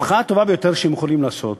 המחאה הטובה ביותר שהם יכולים לעשות